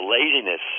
laziness